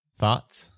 thoughts